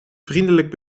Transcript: vriendelijk